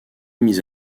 mis